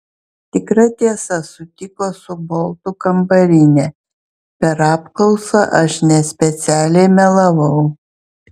tikra tiesa sutiko su boltu kambarinė per apklausą aš nespecialiai melavau